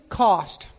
cost